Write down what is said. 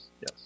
Yes